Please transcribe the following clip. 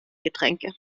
getränke